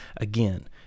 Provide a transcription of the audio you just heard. Again